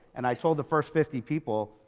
and i told the first fifty people.